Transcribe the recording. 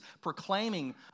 proclaiming